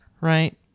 right